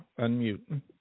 Unmute